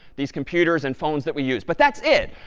these computers and phones that we use. but that's it.